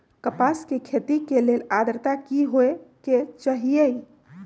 कपास के खेती के लेल अद्रता की होए के चहिऐई?